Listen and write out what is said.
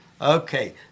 Okay